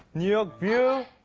new york view.